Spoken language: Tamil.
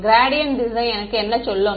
க்ராடியன்ட் திசை எனக்கு என்ன சொல்லும்